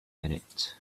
minutes